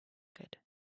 good